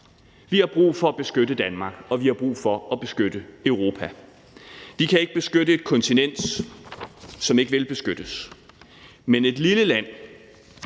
Vi har brug for at beskytte Danmark, og vi har brug for at beskytte Europa. Vi kan ikke beskytte et kontinent, som ikke vil beskyttes, men et lille land,